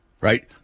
right